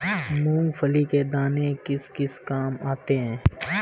मूंगफली के दाने किस किस काम आते हैं?